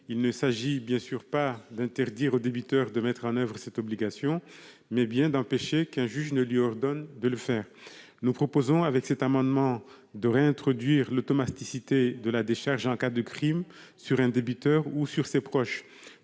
il s'agit non pas d'interdire aux débiteurs de mettre en oeuvre cette obligation, mais d'empêcher qu'un juge ne lui ordonne de le faire. Nous proposons, avec cet amendement, de réintroduire l'automaticité de la décharge en cas de crime sur un débiteur ou sur ses proches.